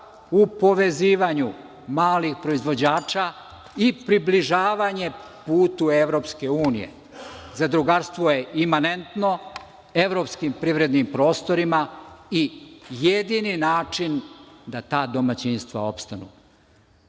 u povezivanju malih proizvođača i približavanje putu EU. Zadrugarstvo je imanentno evropskim privrednim prostorima i jedini način da ta domaćinstva opstanu. Da